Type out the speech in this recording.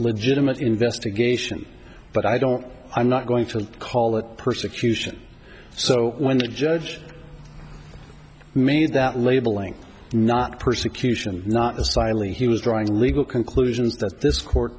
legitimate investigation but i don't i'm not going to call it persecution so when the judge made that labeling not persecution not asylum he was drawing legal conclusions that this